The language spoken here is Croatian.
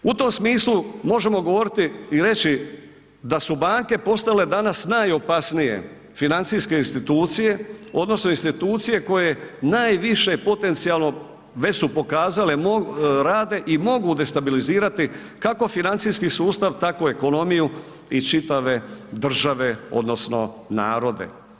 U tom smislu možemo govoriti i reći da su banke postale danas najopasnije financijske institucije odnosno institucije koje najviše potencijalno već su pokazale rade i mogu destabilizirati kako financijski sustav tako i ekonomiju i čitave države odnosno narode.